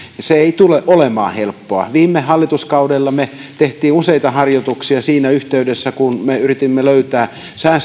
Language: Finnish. se ei tule olemaan helppoa viime hallituskaudella me teimme useita harjoituksia siinä yhteydessä kun me yritimme löytää